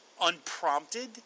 unprompted